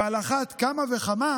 ועל אחת כמה וכמה